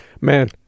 Man